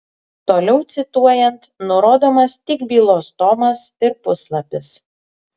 toliau cituojant nurodomas tik bylos tomas ir puslapis